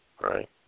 right